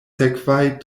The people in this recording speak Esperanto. sekvaj